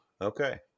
Okay